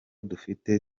dufite